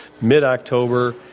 mid-October